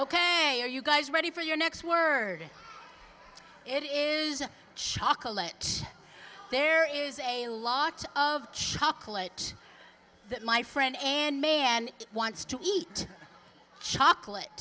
ok are you guys ready for your next word it is choc'late there is a lot of chocolate that my friend and man wants to eat chocolate